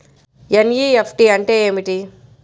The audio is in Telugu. ఎన్.ఈ.ఎఫ్.టీ అంటే ఏమిటి?